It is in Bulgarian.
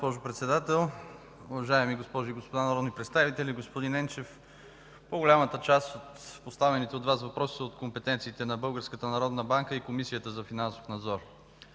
Уважаема госпожо Председател, уважаеми госпожи и господа народни представители, господин Енчев! По-голямата част от поставените от Вас въпроси са от компетенциите на Българската